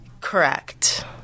Correct